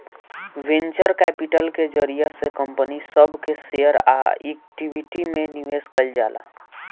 venture capital के जरिया से कंपनी सब के शेयर आ इक्विटी में निवेश कईल जाला